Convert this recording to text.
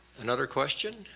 another question?